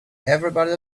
everybody